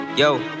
Yo